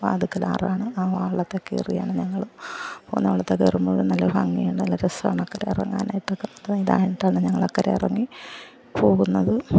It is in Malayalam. വാതിൽക്കൽ ആറ് ആണ് ആ വള്ളത്തിൽ കയറിയാണ് ഞങ്ങൾ പോവുന്നത് വള്ളത്തിൽ കയറുമ്പഴും നല്ല ഭംഗിയാണ് നല്ല രസാണ് അക്കരെ ഇറങ്ങാനായിട്ടൊക്ക അത്ര ഇതായിട്ടാണ് ഞങ്ങൾ അക്കരെ ഇറങ്ങി പോകുന്നത്